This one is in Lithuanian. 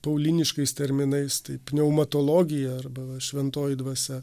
pauliniškais terminais taip neumatologija arba šventoji dvasia